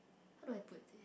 how do I put it